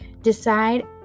decide